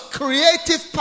creative